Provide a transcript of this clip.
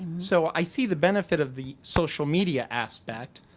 so i see the benefit of the social media aspect,